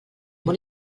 món